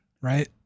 right